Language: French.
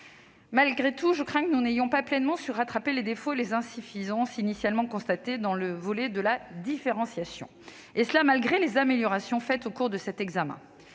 Malgré tout, je crains que nous n'ayons pas pleinement su rattraper les défauts et les insuffisances initialement constatés dans le volet de la différenciation, et cela malgré les améliorations apportées au cours de cet examen.